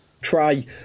try